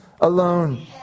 alone